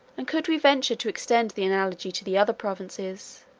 and could we venture to extend the analogy to the other provinces,